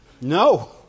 No